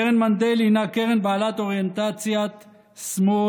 קרן מנדל הינה קרן בעלת אוריינטציית שמאל,